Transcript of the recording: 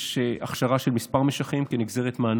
יש הכשרה של כמה משכים כנגזרת מהנוהל.